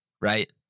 right